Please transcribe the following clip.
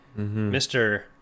Mr